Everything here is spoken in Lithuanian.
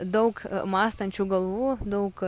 daug mąstančių galvų daug